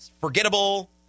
Forgettable